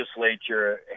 legislature